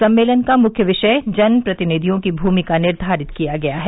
सम्मेलन का मुख्य विषय जन प्रतिनिधियों की भूमिका निर्धारित किया गया है